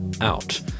out